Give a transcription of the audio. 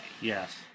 Yes